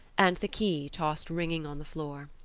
and the key tossed ringing on the floor.